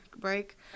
break